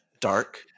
dark